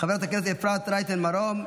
חבר הכנסת אפרת רייטן מרום,